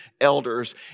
elders